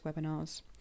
webinars